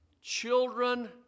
children